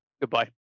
Goodbye